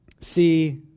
see